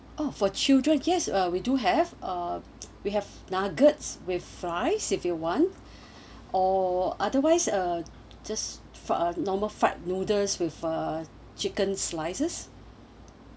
oh for children yes uh we do have a we have nuggets with fries if you want or otherwise are just for normal fried noodles with a chicken slices